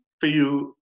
feel